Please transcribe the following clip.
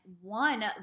one